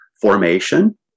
formation